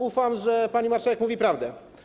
Ufam, że pani marszałek mówi prawdę.